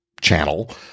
channel